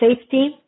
safety